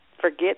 forget